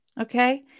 Okay